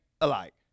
alike